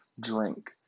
drink